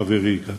חברי גטאס.